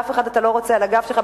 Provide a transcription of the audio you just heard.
ואף אחד אתה לא רוצה על הגב שלך,